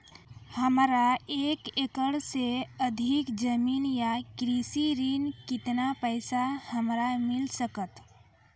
हमरा एक एकरऽ सऽ अधिक जमीन या कृषि ऋण केतना पैसा हमरा मिल सकत?